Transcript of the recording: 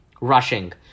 rushing